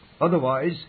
otherwise